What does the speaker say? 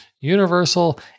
Universal